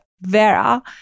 Vera